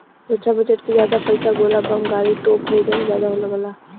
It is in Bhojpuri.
रक्षा बजट के जादा पइसा गोला बम गाड़ी, तोप खरीदे में जादा लगला